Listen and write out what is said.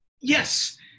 yes